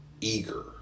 Eager